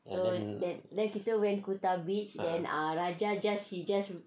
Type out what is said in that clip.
a'ah